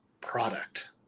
product